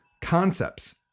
Concepts